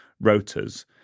rotors